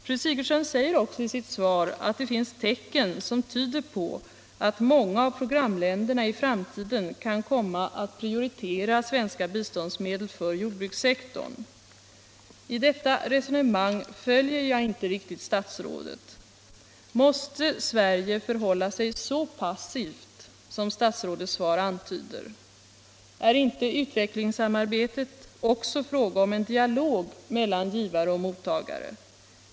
Fru Sigurdsen säger också i sitt svar att det finns tecken som tyder på att många av programländerna i framtiden kan komma att prioritera svenska biståndsmedel för jordbrukssektorn. I detta resonemang följer jag inte riktigt statsrådet. Måste Sverige förhålla sig så passivt som statsrådets svar antyder? Är det inte i utvecklingssamarbetet också fråga om en dialog mellan givare och mottagare?